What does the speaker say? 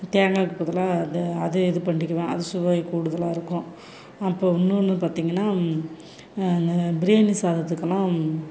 தேங்காய்க்கு பதிலாக அதை அதை இது பண்ணிக்குவேன் அது சுவை கூடுதலாக இருக்கும் அப்புறம் இன்னொன்னு பார்த்தீங்கன்னா அந்த பிரியாணி சாதத்துக்குலாம்